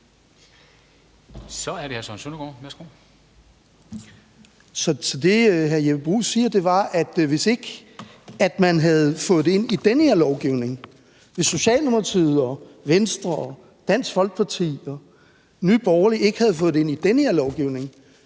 Kl. 10:30 Søren Søndergaard (EL): Så det, hr. Jeppe Bruus siger, er, at hvis ikke man havde fået det ind i den her lovgivning, altså hvis Socialdemokratiet, Venstre, Dansk Folkeparti og Nye Borgerlige ikke havde fået det ind i den her lovgivning,